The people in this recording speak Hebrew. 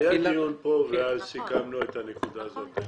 היה פה דיון ואז סיכמנו את הנקודה הזאת.